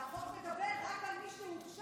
והחוק מדבר רק על מי שהורשע